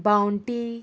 bounty